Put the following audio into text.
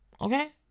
Okay